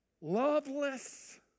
loveless